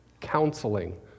counseling